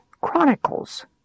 Chronicles